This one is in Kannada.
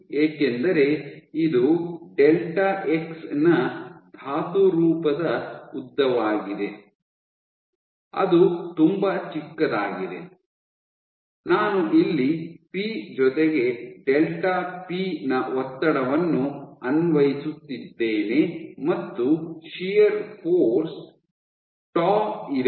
ಏಕೆಂದರೆ ಇದು ಡೆಲ್ಟಾ x ನ ಧಾತುರೂಪದ ಉದ್ದವಾಗಿದೆ ಅದು ತುಂಬಾ ಚಿಕ್ಕದಾಗಿದೆ ನಾನು ಇಲ್ಲಿ ಪಿ ಜೊತೆಗೆ ಡೆಲ್ಟಾ ಪಿ ನ ಒತ್ತಡವನ್ನು ಅನ್ವಯಿಸುತ್ತಿದ್ದೇನೆ ಮತ್ತು ಶಿಯರ್ ಫೋರ್ಸ್ ಟೌ ಇದೆ